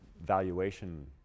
valuation